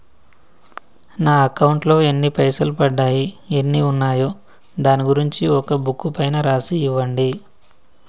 నా అకౌంట్ లో పైసలు ఎన్ని పడ్డాయి ఎన్ని ఉన్నాయో దాని గురించి ఒక బుక్కు పైన రాసి ఇవ్వండి?